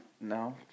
No